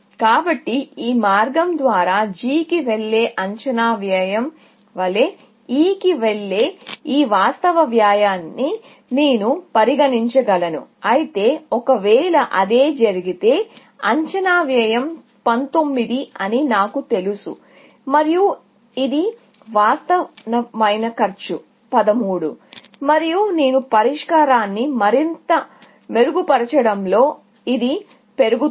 కాబట్టి ఈ మార్గం ద్వారా G కి వెళ్ళే అంచనా వ్యయం వలె E కి వెళ్ళే ఈ వాస్తవ వ్యయాన్ని నేను పరిగణించగలను అయితే ఒకవేళ అదే జరిగితే అంచనా వ్యయం 19 అని నాకు తెలుసు మరియు ఇది వాస్తవమైనది కాస్ట్ 13 మరియు నేను పరిష్కారాన్ని మరింత మెరుగుపరచడంతో ఇది పెరుగుతుంది